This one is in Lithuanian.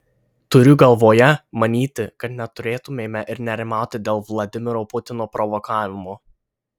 turiu galvoje manyti kad neturėtumėme ir nerimauti dėl vladimiro putino provokavimo